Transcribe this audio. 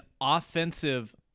offensive